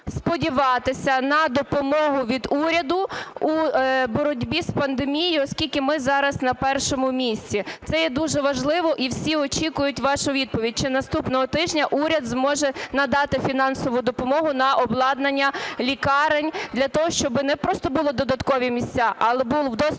сподіватися на допомогу від уряду у боротьбі з пандемією, оскільки ми зараз на першому місці? Це є дуже важливо, і всі очікують вашу відповідь. Чи наступного тижня уряд зможе надати фінансову допомогу на обладнання лікарень для того, щоби не просто були додаткові місця, але був доступ